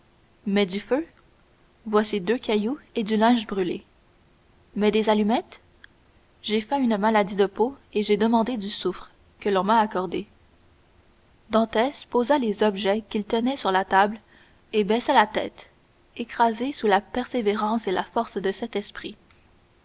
mais du feu voici deux cailloux et du linge brûlé mais des allumettes j'ai feint une maladie de peau et j'ai demandé du souffre que l'on m'a accordé dantès posa les objets qu'il tenait sur la table et baissa la tête écrasé sous la persévérance et la force de cet esprit